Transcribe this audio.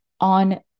on